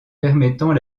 permettant